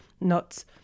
nuts